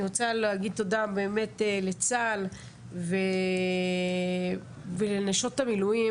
אני רוצה להגיד תודה באמת לצה"ל ולנשות המילואים